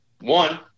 one